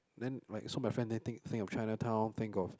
then like so my friend then think think of Chinatown think of